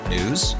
News